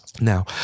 Now